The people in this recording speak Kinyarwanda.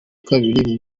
kabiri